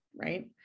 right